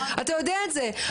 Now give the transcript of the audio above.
אתה יודע את זה.